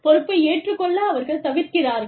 பொறுப்பை ஏற்றுக்கொள்ள அவர்கள் தவிர்க்கிறார்கள்